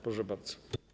Proszę bardzo.